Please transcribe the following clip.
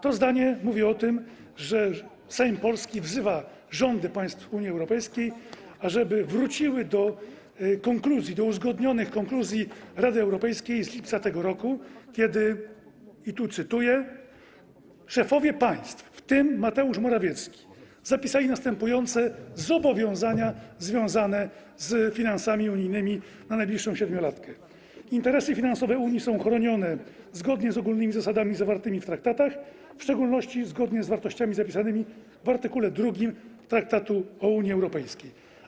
To zdanie mówi o tym, że polski Sejm wzywa rządy państw Unii Europejskiej, ażeby wróciły do uzgodnionych konkluzji Rady Europejskiej z lipca tego roku, kiedy szefowie państw, w tym Mateusz Morawiecki, zapisali następujące zobowiązanie związane z finansami unijnymi na najbliższą siedmiolatkę, tu cytuję: Interesy finansowe Unii są chronione zgodnie z ogólnymi zasadami zawartymi w traktatach, w szczególności zgodnie z wartościami zapisanymi w art. 2 Traktatu o Unii Europejskiej.